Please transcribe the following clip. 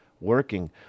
working